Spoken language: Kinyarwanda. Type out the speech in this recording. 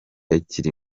akiri